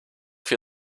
für